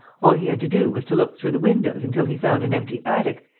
all he had to do was to look through the windows until he found an empty attic,